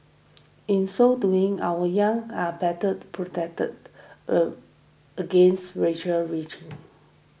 in so doing our young are better protected against radical reaching